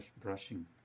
brushing